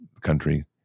country